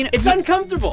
and it's uncomfortable